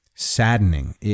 saddening